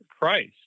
Christ